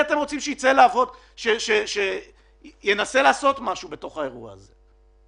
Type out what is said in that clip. מי אתם רוצים שיצא לעבוד או ינסה לעשות משהו בתוך האירוע הזה?